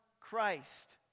Christ